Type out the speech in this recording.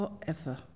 forever